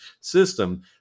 system